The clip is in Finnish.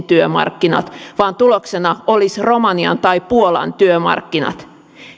työmarkkinat vaan tuloksena olisi romanian tai puolan työmarkkinat